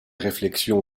réflexions